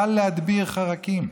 קל להדביר חרקים.